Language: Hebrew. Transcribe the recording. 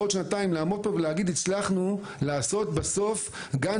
בעוד שנתיים לעמוד פה ולהגיד הצלחנו לעשות בסוף גן